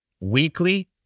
weekly